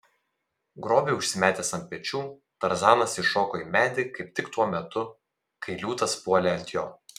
grobį užsimetęs ant pečių tarzanas įšoko į medį kaip tik tuo metu kai liūtas puolė ant jo